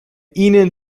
ihnen